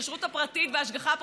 הכשרות הפרטית וההשגחה הפרטית,